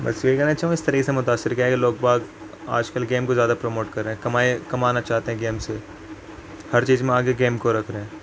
بس یہی کہنا چاہوں گا اس طریقے سے متاثر کیا ہے کہ لوگ باگ آج کل گیم کو زیادہ پروموٹ کر رہے ہیں کمائی کمانا چاہتے ہیں گیم سے ہر چیز میں آگے گیم کو رکھ رہے ہیں